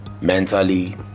mentally